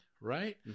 Right